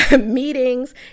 meetings